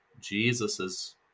Jesus's